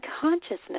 consciousness